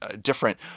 different